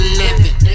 living